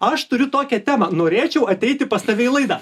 aš turiu tokią temą norėčiau ateiti pas tave į laidą